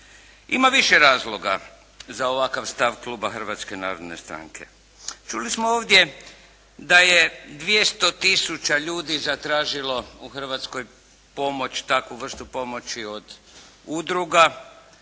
Ima više razloga za ovakav stav kluba Hrvatske narodne stranke. Čuli smo ovdje da je 200 tisuća ljudi zatražilo u Hrvatskoj pomoć, takvu vrstu pomoći od udruga,